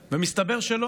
מסתבר שלא.